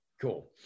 Cool